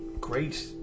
great